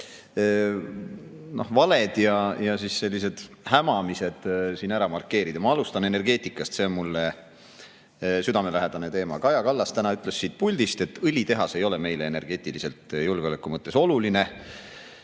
mõned valed ja sellised hämamised siin ära markeerida. Ma alustan energeetikast, see on mulle südamelähedane teema. Kaja Kallas ütles täna siit puldist, et õlitehas ei ole meile energeetiliselt julgeoleku mõttes oluline.